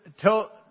tell